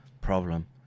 problem